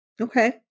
Okay